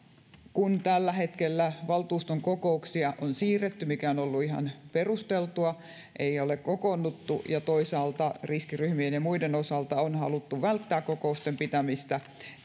kun tällä hetkellä valtuuston kokouksia on siirretty mikä on ollut ihan perusteltua ei ole kokoonnuttu ja toisaalta riskiryhmien ja muiden osalta on haluttu välttää kokousten pitämistä